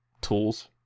tools